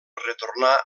retornà